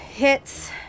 Hits